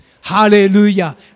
Hallelujah